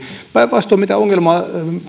mukaan mitä